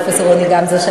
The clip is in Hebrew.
פרופסור רוני גמזו,